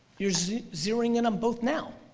you're zeroing in on both now.